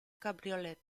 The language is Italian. cabriolet